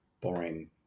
boring